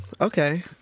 Okay